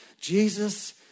Jesus